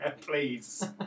please